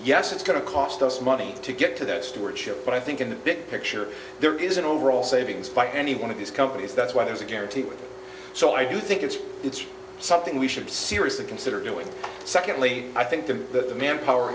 yes it's going to cost us money to get to that stewardship but i think in the big picture there is an overall savings by any one of these companies that's why there's a guarantee so i do think it's it's something we should seriously consider doing secondly i think the manpower